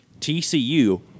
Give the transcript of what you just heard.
TCU